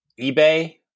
eBay